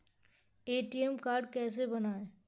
ATM card कैसे बनवाएँ?